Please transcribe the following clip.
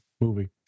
movie